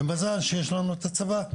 ומזל שיש לנו את הצבא,